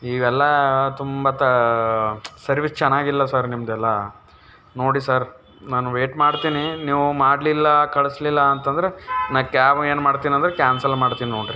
ಇವೆಲ್ಲ ತುಂಬ ತ ಸರ್ವೀಸ್ ಚೆನ್ನಾಗಿಲ್ಲ ಸರ್ ನಿಮ್ಮದೆಲ್ಲ ನೋಡಿ ಸರ್ ನಾನು ವೆಯ್ಟ್ ಮಾಡ್ತೀನಿ ನೀವು ಮಾಡಲಿಲ್ಲ ಕಳಿಸ್ಲಿಲ್ಲ ಅಂತಂದ್ರೆ ನಾನು ಕ್ಯಾಬ್ ಏನು ಮಾಡ್ತೀನಂದ್ರೆ ಕ್ಯಾನ್ಸಲ್ ಮಾಡ್ತೀನಿ ನೋಡ್ರಿ